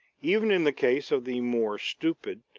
even in the case of the more stupid,